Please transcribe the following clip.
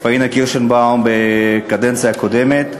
פאינה קירשנבאום בקדנציה הקודמת.